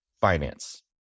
finance